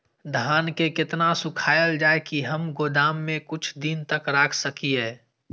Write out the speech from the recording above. धान के केतना सुखायल जाय की हम गोदाम में कुछ दिन तक रख सकिए?